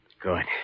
Good